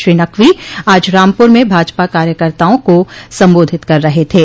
श्री नकवी आज रामपर में भाजपा कार्यकर्ताओं को संबोधित कर रहे थे